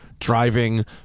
driving